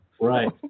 right